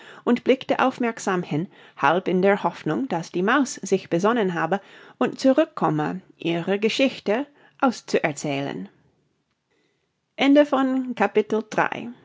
und blickte aufmerksam hin halb in der hoffnung daß die maus sich besonnen habe und zurückkomme ihre geschichte auszuerzählen